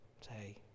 Say